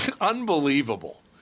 Unbelievable